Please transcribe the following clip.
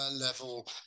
level